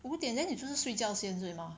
五点 then 你就是睡觉先对吗